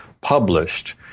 published